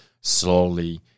slowly